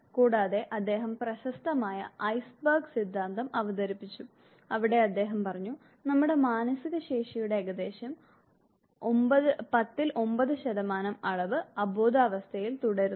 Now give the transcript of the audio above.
കൂടാതെ അദ്ദേഹം പ്രശസ്തമായ ഐസ്ബെർഗ് സിദ്ധാന്തം അവതരിപ്പിച്ചു അവിടെ അദ്ദേഹം പറഞ്ഞു നമ്മുടെ മാനസിക ശേഷിയുടെ ഏകദേശം 910 അളവ് അബോധാവസ്ഥയിൽ തുടരുന്നു